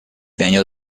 manual